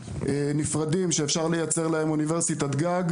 נפרדים שאפשר לייצר להם אוניברסיטת גג,